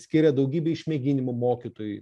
skiria daugybę išmėginimų mokytojui